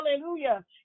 hallelujah